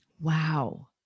Wow